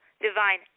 divine